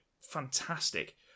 fantastic